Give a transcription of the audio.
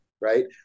right